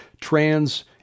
trans